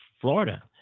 Florida